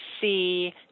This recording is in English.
see